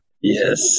Yes